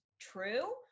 true